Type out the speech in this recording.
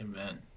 Amen